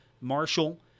Marshall